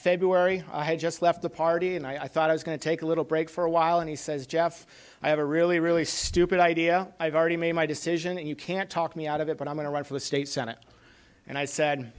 february i had just left the party and i thought i was going to take a little break for a while and he says jeff i have a really really stupid idea i've already made my decision and you can't talk me out of it but i'm going to run for the state senate and i said